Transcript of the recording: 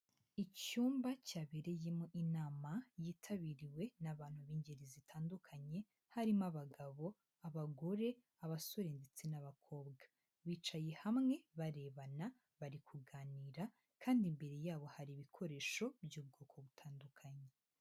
Icyumba cyabereyemo inama yitabiriwe n'abantu b'ingeri zitandukanye, harimo abagabo, abagore, abasore ndetse n'abakobwa, bicaye hamwe barebana bari kuganira kandi imbere yabo hari ibikoresho by'ubwoko butandukanye.